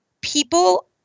people